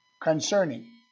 Concerning